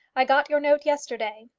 i got your note yesterday.